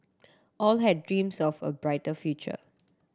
all had dreams of a brighter future